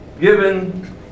given